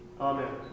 Amen